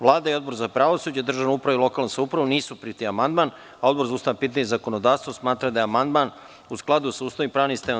Vlada i Odbor za pravosuđe, državnu upravu i lokalnu samoupravu nisu prihvatili amandman, a Odbor za ustavna pitanja i zakonodavstvo smatra da je amandman u skladu sa Ustavom i pravnim sistemom.